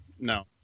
No